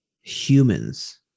humans